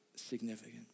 Significant